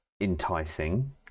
enticing